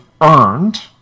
earned